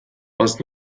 was